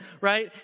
right